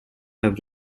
have